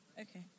Okay